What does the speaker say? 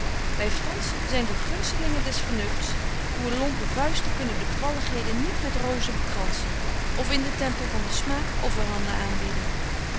wy franschen zyn de gunstelingen des vernufts uwe lompe vuisten kunnen de bevalligheden niet met rozen bekranssen of in den tempel van den smaak offerhanden aanbieden